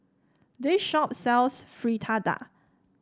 this shop sells Fritada